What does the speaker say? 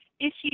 issues